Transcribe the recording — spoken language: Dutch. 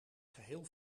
geheel